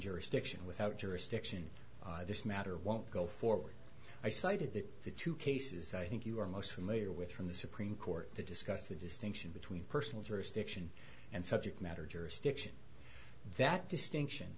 jurisdiction without jurisdiction this matter won't go forward i cited that the two cases i think you are most familiar with from the supreme court to discuss the distinction between personal jurisdiction and subject matter jurisdiction that distinction